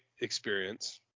experience